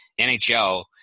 NHL